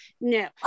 no